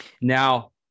Now